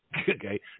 Okay